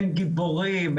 אין גיבורים,